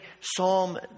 Psalm